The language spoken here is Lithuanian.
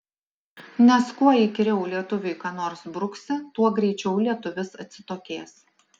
nes kuo įkyriau lietuviui ką nors bruksi tuo greičiau lietuvis atsitokės